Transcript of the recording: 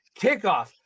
kickoff